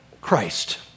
Christ